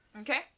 Okay